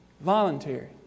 voluntary